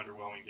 underwhelming